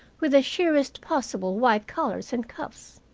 with the sheerest possible white collars and cuffs.